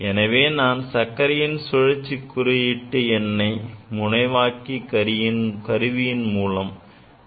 எனவே நாம் சர்க்கரையின் சுழற்சி குறியீட்டு எண்ணை முனைவாக்கி கருவியின் மூலம் கண்டறிய உள்ளோம்